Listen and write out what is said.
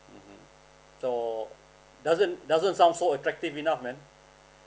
though doesn't doesn't sound so attractive enough man